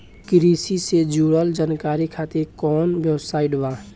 कृषि से जुड़ल जानकारी खातिर कोवन वेबसाइट बा?